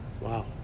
Wow